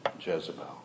Jezebel